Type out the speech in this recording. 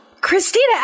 Christina